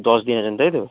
দশ দিন আছেন তাই তো